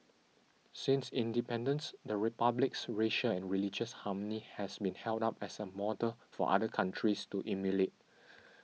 since independence the Republic's racial and religious harmony has been held up as a model for other countries to emulate